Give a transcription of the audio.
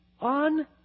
on